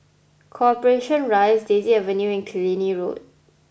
Corporation Rise Daisy Avenue and Killiney Road